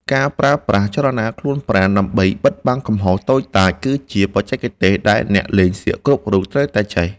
ការប្រើប្រាស់ចលនាខ្លួនប្រាណដើម្បីបិទបាំងកំហុសតូចតាចគឺជាបច្ចេកទេសដែលអ្នកលេងសៀកគ្រប់រូបត្រូវតែចេះ។